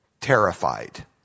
terrified